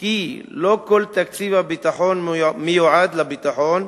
כי לא כל תקציב הביטחון מיועד לביטחון,